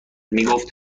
میگفت